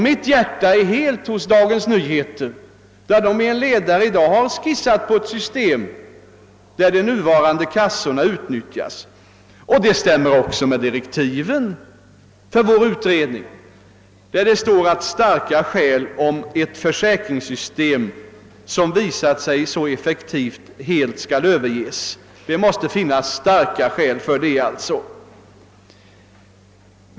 Mitt hjärta är i detta fall hos Dagens Nyheter, som i en ledare i dag har skissat upp ett system som kan utnyttja de nuvarande kassorna. Detta stämmer också med direktiven för vår utredning, där det står att det måste fordras starka skäl för att ett försäkringssystem, som visat sig så effektivt som det nuvarande, helt skall överges. Det måste alltså finnas starka skäl för det.